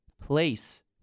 place